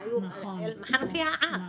היו מחנכי העם,